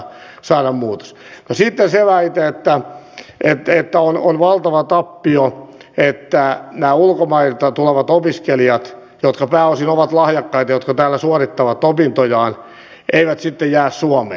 no sitten se väite että on valtava tappio että nämä ulkomailta tulevat opiskelijat jotka pääosin ovat lahjakkaita jotka täällä suorittavat opintojaan eivät sitten jää suomeen